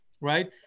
right